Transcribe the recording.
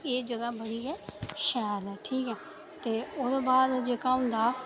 एह् जगह बड़ी गै शैल ऐ ठीक ऐ ते ओह्दे बाद जेह्का होंदा